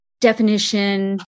definition